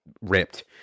ripped